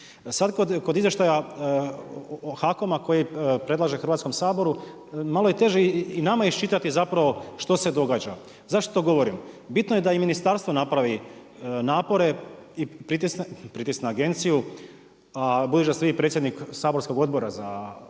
Sada kod izvještaja HAKOM-a koji predlaže Hrvatskom saboru, malo je teže i nama iščitati zapravo što se događa. Zašto to govorim? Bitno je da i ministarstvo napravi napore i pritisne agenciju a budući da ste vi predsjednik saborskog Odbora za promet